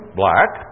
black